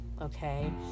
okay